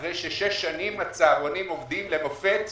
אחרי שבמשך שש שנים הצהרונים עובדים למופת.